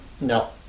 No